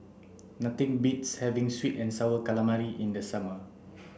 nothing beats having sweet and sour calamari in the summer